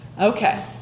okay